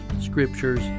scriptures